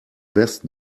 best